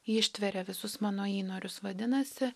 ištveria visus mano įnorius vadinasi